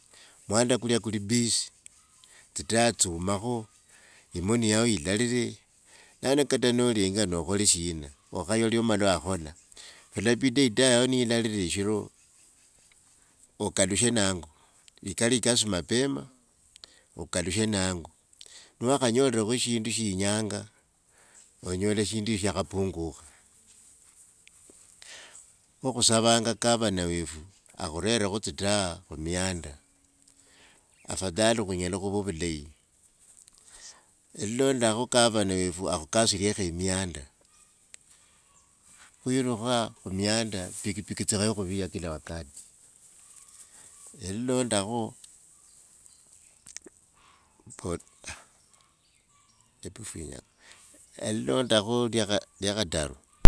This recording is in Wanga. Mwanda kulya kuli busy, tsi taa tsiumakho, e moni yao ilarire, yaani kata nolenga nokhole shina, okhaywa lyo omala wakhola. Kalabida e taa yao ni ilarire shiro okalushe nango. wikale kasi mapema okalushe nango. Lwa khanyolrekho shindu she yinyanga onyola shindu sho shakhapungukha. Kho khusavanga governor wefu akhurerekho tsi taa khu mianda. Afadhali khunyela khuva vulai. Lilondakho governor wefu akhukasiriekho e mianda, khwirukha khu mianda pikipiki tsikaywe khuviya kila wakati. Eliloandhakho hebu finya hapo e lilondakho lya- lya khataru.